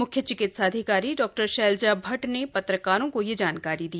मुख्य चिकित्साधिकारी डॉ शैलजा भट्ट ने पत्रकारों को यह जानकारी दी